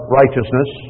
righteousness